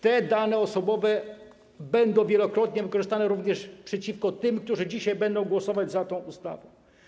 Te dane osobowe będą wielokrotnie wykorzystane również przeciwko tym, którzy dzisiaj będą głosować za tą ustawą.